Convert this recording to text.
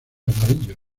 amarillos